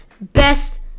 Best